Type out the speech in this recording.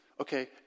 Okay